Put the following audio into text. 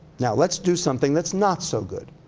now, let's do something that's not so good.